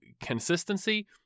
consistency